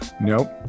nope